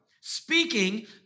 Speaking